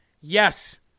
yes